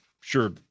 sure